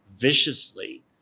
viciously